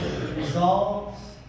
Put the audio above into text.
Resolves